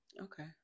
Okay